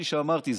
כפי שאמרתי,